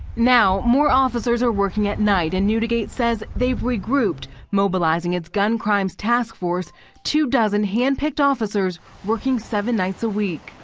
now, more officers air working at night and new ticket says they've regrouped, mobilizing its gun crimes task force two dozen handpicked officers working seven nights a week.